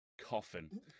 coffin